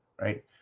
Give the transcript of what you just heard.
right